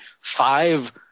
five